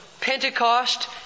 Pentecost